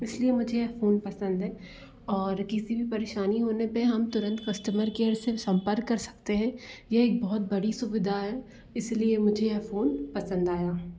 इसलिए मुझे यह फ़ोन पसंद है और किसी भी परेशानी होने पे हम तुरंत कस्टमर केयर से संपर्क कर सकते हैं यह एक बहुत बड़ी सुविधा है इसलिए मुझे यह फ़ोन पसंद आया